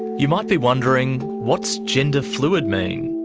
you might be wondering, what's gender fluid mean?